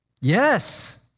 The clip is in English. Yes